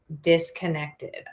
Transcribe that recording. disconnected